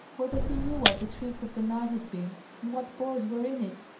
whether he knew what the trick of the night had been, and what boys were in it.